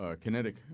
Kinetic